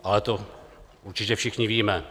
Ale to určitě všichni víme.